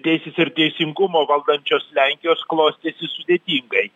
teisės ir teisingumo valdančios lenkijos klostėsi sudėtingai